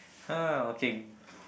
hmm okay